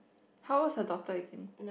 how old is her daughter you think